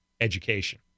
education